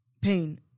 pain